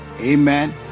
Amen